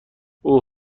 اوه